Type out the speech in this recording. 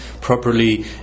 properly